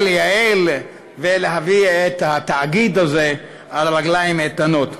לייעל ולהעמיד את התאגיד הזה על רגליים איתנות.